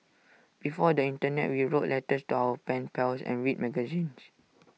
before the Internet we wrote letters to our pen pals and read magazines